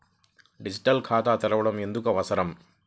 Deposit ఖాతా తెరవడం ఎందుకు అవసరం?